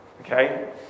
Okay